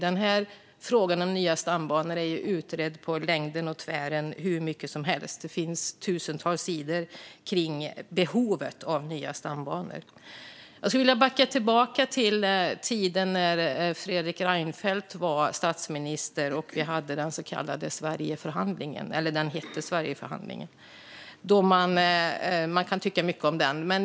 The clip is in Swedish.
Men frågan om nya stambanor är ju utredd på längden och tvären hur mycket som helst. Det finns tusentals sidor om behovet av nya stambanor. Jag skulle vilja backa tillbaka till tiden när Fredrik Reinfeldt var statsminister och vi hade den så kallade Sverigeförhandlingen. Man kan tycka mycket om den.